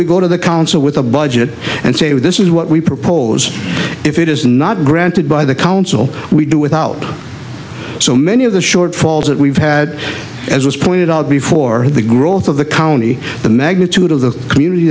we go to the council with a budget and say this is what we propose if it is not granted by the council we do without so many of the shortfalls that we've had as was pointed out before the growth of the county the magnitude of the community